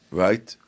right